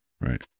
Right